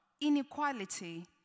inequality